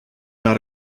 not